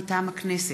מטעם הכנסת: